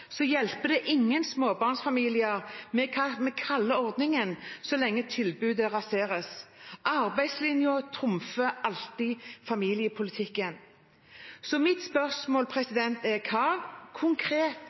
hjelper det ingen småbarnsfamilier hva vi kaller ordningen, så lenge tilbudet raseres. Arbeidslinjen trumfer alltid familiepolitikken. Mitt spørsmål